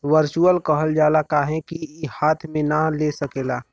virtual कहल जाला काहे कि ई हाथ मे ना ले सकेला